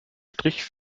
strich